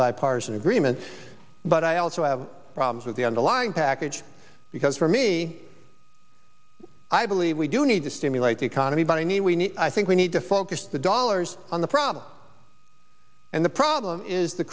bipartisan agreement but i also have problems with the underlying package because for me i believe we do need to stimulate the economy by i think we need to focus the dollars on the problem and the problem is the